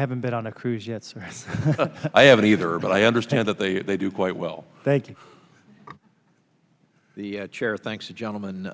haven't been on a cruise yet so i haven't either but i understand that they they do quite well thank you the chair thanks the gentleman